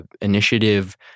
initiative